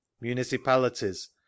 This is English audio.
Municipalities